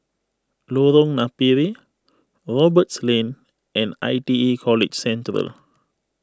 Lorong Napiri Roberts Lane and I T E College Central